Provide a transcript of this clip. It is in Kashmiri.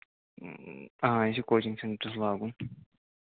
آ یہِ چھُ کوچِنٛگ سینٛٹرَس لاگُن